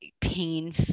pain